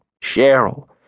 Cheryl